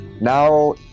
now